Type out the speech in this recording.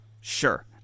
sure